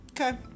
Okay